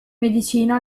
medicina